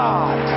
God